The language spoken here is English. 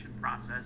process